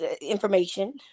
information